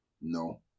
No